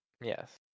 Yes